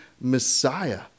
Messiah